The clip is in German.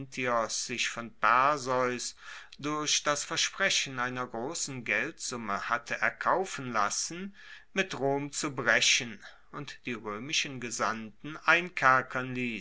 sich von perseus durch das versprechen einer grossen geldsumme hatte erkaufen lassen mit rom zu brechen und die roemischen gesandten